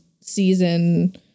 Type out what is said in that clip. season